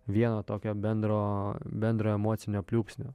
vieno tokio bendro bendro emocinio pliūpsnio